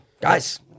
Guys